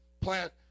plant